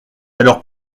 alors